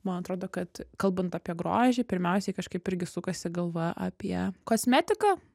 man atrodo kad kalbant apie grožį pirmiausiai kažkaip irgi sukasi galva apie kosmetiką